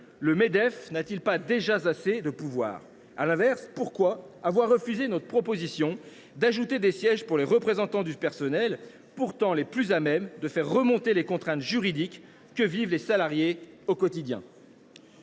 (Medef) n’a t il pas déjà assez de pouvoir ? À l’inverse, pourquoi avoir refusé notre proposition d’ajouter des sièges pour les représentants du personnel, pourtant les plus à même de faire remonter les contraintes juridiques que vivent les salariés au quotidien ?